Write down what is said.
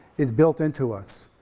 it's built into us,